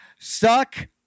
Suck